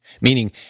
meaning